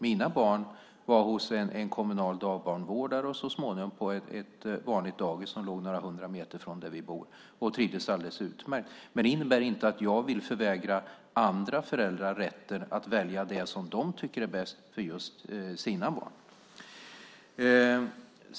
Mina barn var hos en kommunal dagbarnvårdare och så småningom på ett vanligt dagis som låg några hundra meter från där vi bor och trivdes alldeles utmärkt. Det innebär inte att jag vill förvägra andra föräldrar rätten att välja det som de tycker är bäst för sina barn.